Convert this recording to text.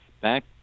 Back